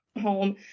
home